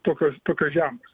tokios tokios žemos